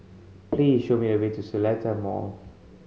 please show me the way to The Seletar Mall